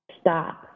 stop